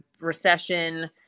recession